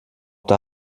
der